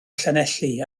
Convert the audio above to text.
llanelli